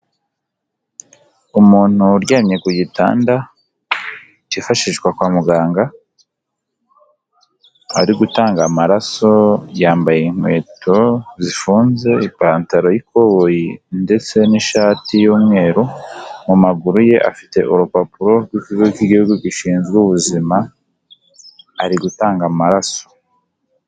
Umuntu uryamye ku gitanda cyifashishwa kwa muganga, ari gutanga amaraso, yambaye inkweto zifunze, ipantaro y'ikoboyi ndetse n'ishati y'umweru, mu maguru ye afite urupapuro rw'ikigo rw'igihugu gishinzwe ubuzima ari gutanga amaraso.